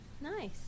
Nice